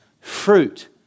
Fruit